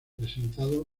presentado